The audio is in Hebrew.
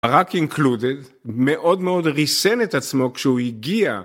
רק included מאוד מאוד ריסן את עצמו כשהוא הגיע